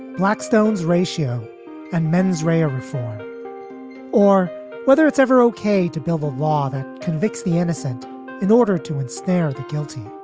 blackstones ratio and mens rea are. or whether it's ever ok to build a law that convicts the innocent in order to ensnare the guilty